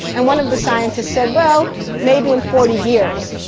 and one of the scientists said, well maybe in forty years.